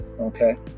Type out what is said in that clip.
okay